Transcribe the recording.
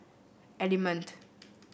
Element